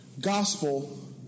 gospel